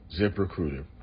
ZipRecruiter